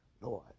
Lord